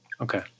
Okay